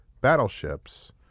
battleships